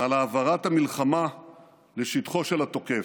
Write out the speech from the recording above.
על העברת המלחמה לשטחו של התוקף.